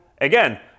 again—